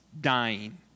Dying